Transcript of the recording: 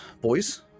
boys